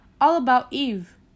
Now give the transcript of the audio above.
all-about-Eve